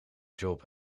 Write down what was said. job